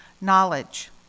Knowledge